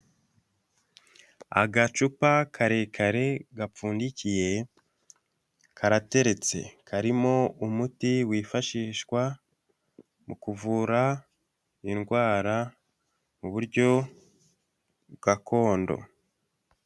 Agacupa karekare gapfundikiye karateretse karimo umuti wifashishwa mu kuvura indwara mu buryo gakondo.